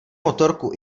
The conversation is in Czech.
motorku